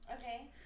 Okay